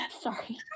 sorry